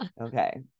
Okay